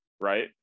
Right